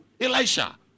Elisha